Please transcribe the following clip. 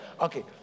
Okay